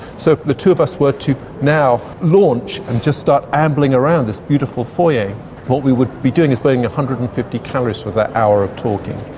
so if the two of us were to now launch and just start ambling around this beautiful foyer what we would be doing is burning one ah hundred and fifty calories for that hour of talking.